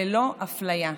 ללא אפליה.